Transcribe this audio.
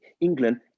England